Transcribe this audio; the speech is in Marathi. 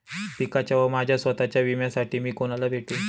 पिकाच्या व माझ्या स्वत:च्या विम्यासाठी मी कुणाला भेटू?